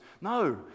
No